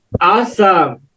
Awesome